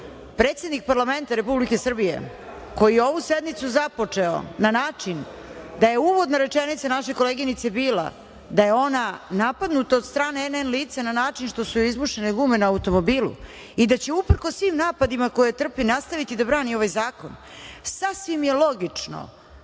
Predsednik parlamenta Republike Srbije, koji je ovu sednicu započeo na način da je uvodna rečenica naše koleginice bila da je ona napadnuta od strane NN lica, na način što su joj izbušene gume na automobilu i da će uprkos svim napadima koje trpi nastaviti da brani ovaj zakon, sasvim je logično